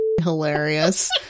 hilarious